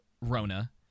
Rona